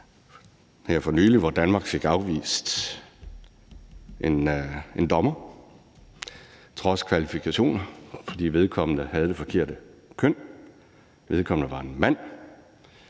her for nylig, hvor Danmark fik afvist en dommer trods dennes kvalifikationer, fordi vedkommende havde det forkerte køn – vedkommende var en mand